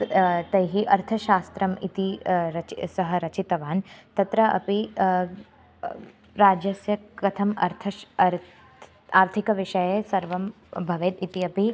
तद् तैः अर्थशास्त्रम् इति रच् सः रचितवान् तत्र अपि राज्यस्य कथम् अर्थः अर्त् आर्थिकविषये सर्वं भवेत् इति अपि